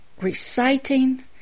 reciting